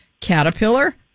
Caterpillar